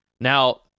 Now